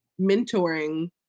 mentoring